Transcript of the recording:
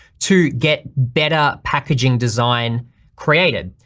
to get better packaging design created.